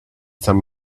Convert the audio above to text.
some